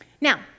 Now